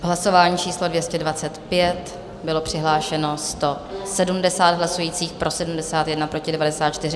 Hlasování číslo 225, bylo přihlášeno 170 hlasujících, pro 71, proti 94.